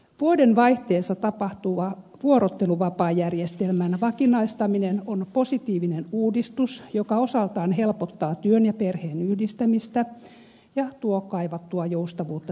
vuodenvaihteessa tapahtuva vuorotteluvapaajärjestelmän vakinaistaminen on positiivinen uudistus joka osaltaan helpottaa työn ja perheen yhdistämistä ja tuo kaivattua joustavuutta työelämään